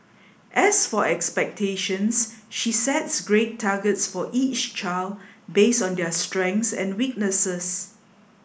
as for expectations she sets grade targets for each child based on their strengths and weaknesses